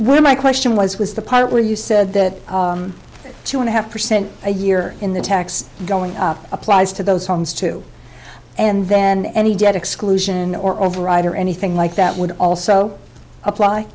my question was was the part where you said that two and a half percent a year in the tax going up applies to those homes too and then any debt exclusion or override or anything like that would also apply